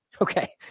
Okay